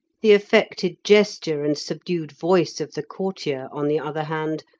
the affected gesture and subdued voice of the courtier, on the other hand,